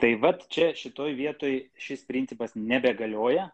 tai vat čia šitoj vietoj šis principas nebegalioja